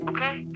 Okay